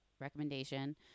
recommendation